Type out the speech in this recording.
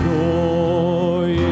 joy